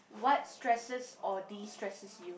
what stresses or destresses you